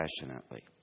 passionately